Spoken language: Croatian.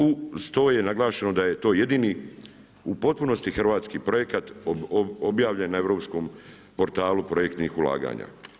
Uz to je naglašeno da je to jedini u potpunosti hrvatski projekat objavljen na europskom portalu projektnih ulaganja.